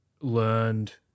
learned